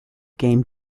game